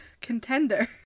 contender